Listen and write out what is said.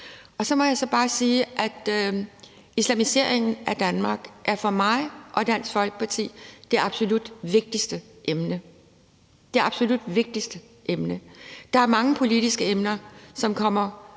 og så må jeg bare sige, at islamiseringen af Danmark for mig og Dansk Folkeparti er det absolut vigtigste emne – det absolut vigtigste emne. Der er mange politiske emner, som kommer